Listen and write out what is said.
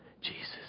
Jesus